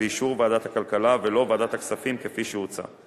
באישור ועדת הכלכלה, ולא ועדת הכספים, כפי שהוצע.